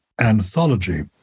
anthology